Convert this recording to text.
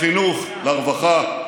לחינוך, לרווחה.